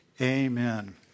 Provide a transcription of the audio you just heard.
amen